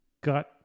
got